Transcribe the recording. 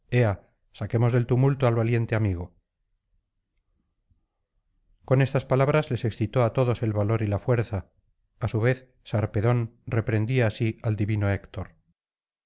saquemos del tumulto al valiente amigo con estas palabras les excitó á todos el valor y la fuerza a su vez sarpedón reprendía así al divino héctor